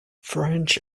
french